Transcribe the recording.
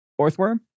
earthworm